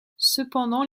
cependant